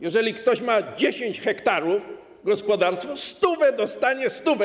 Jeżeli ktoś ma 10-hektarowe gospodarstwo, to dostanie stówę.